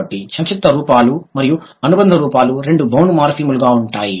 కాబట్టి సంక్షిప్త రూపాలు మరియు అనుబంధాలు రెండూ బౌండ్ మార్ఫిమ్లుగా ఉంటాయి